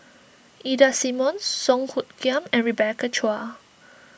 Ida Simmons Song Hoot Kiam and Rebecca Chua